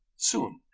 soon,